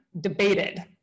debated